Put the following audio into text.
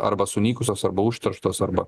arba sunykusios arba užterštos arba